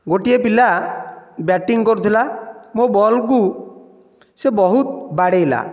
ଗୋଟିଏ ପିଲା ବ୍ୟାଟିଂ କରୁଥିଲା ମୋ' ବଲ୍କୁ ସେ ବହୁତ ବାଡ଼େଇଲା